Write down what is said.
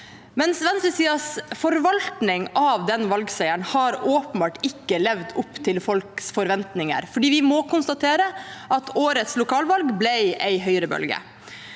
Men venstresidens forvaltning av den valgseieren har åpenbart ikke levd opp til folks forventninger, for vi må konstatere at årets lokalvalg ble en høyrebølge.